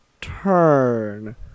turn